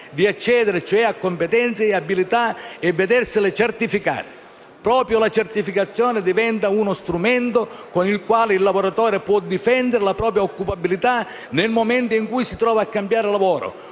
di accedere cioè a competenze e abilità e di vedersele certificate. Proprio la certificazione diventa uno strumento con il quale il lavoratore può difendere la propria occupabilità, nel momento in cui si trovi a cambiare lavoro,